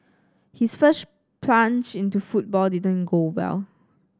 his first plunge into football didn't go well